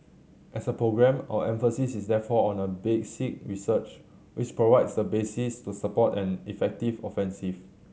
as a programme our emphasis is therefore on basic research which provides the basis to support an effective offensive